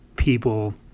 people